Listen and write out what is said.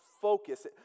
focus